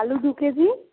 আলু দু কেজি